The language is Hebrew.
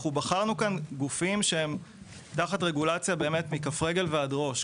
אנחנו בחרנו כאן גופים שהם תחת רגולציה באמת מכף רגל ועד ראש,